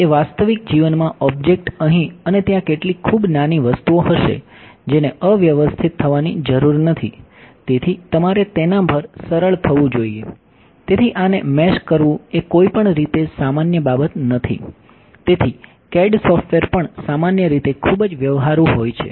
એ વાસ્તવિક જીવનમાં ઑબ્જેક્ટમાં અહીં અને ત્યાં કેટલીક ખૂબ નાની વસ્તુઓ હશે જેને અવ્યવસ્થિત છે